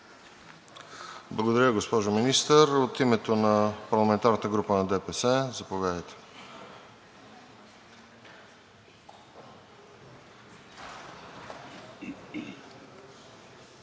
Благодаря Ви, госпожо Министър. От името на парламентарната група на ДПС – заповядайте.